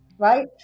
right